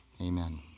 Amen